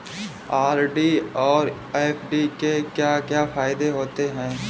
RD और FD के क्या क्या फायदे होते हैं?